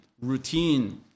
routine